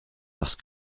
parce